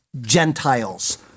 gentiles